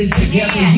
together